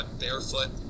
barefoot